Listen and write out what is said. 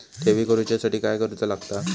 ठेवी करूच्या साठी काय करूचा लागता?